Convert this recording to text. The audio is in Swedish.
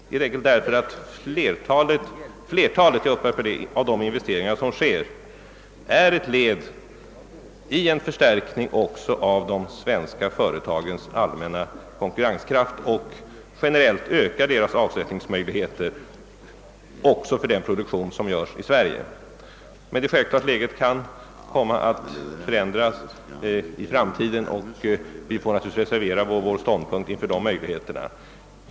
De flesta av investeringarna är nämligen ett led i en förstärkning av de svenska företagens allmänna konkurrenskraft, och generellt ökar deras avsättningsmöjligheter även beträffande det som produceras i Sverige. Men det är klart att läget kan komma att ändras i framtiden och vi får naturligtvis reservera oss för en sådan möjlighet.